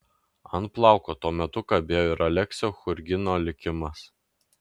ant plauko tuo metu kabėjo ir aleksio churgino likimas